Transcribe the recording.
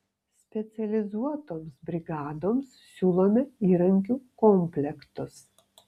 specializuotoms brigadoms siūlome įrankių komplektus